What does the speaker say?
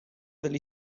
delle